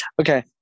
Okay